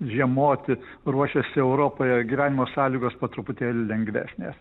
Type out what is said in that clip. žiemoti ruošiasi europoje gyvenimo sąlygos po truputėlį lengvesnės